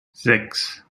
sechs